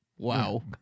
Wow